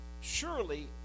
surely